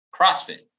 CrossFit